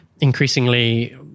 increasingly